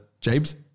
James